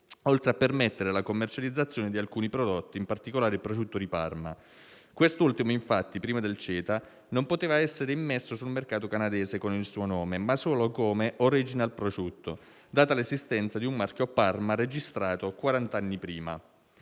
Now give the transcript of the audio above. oltre a permettere la commercializzazione di alcuni prodotti, in particolare il prosciutto di Parma. Quest'ultimo, infatti, prima del CETA non poteva essere immesso sul mercato canadese con il suo nome, ma solo come «*original* prosciutto», data l'esistenza di un marchio «Parma» registrato quarant'anni prima.